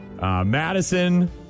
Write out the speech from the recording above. Madison